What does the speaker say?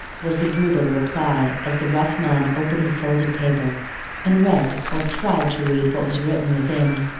was the brutal reply as the rough man opened the folded paper and read or tried to read what was written within.